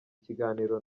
ikiganiro